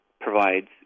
provides